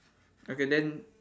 okay then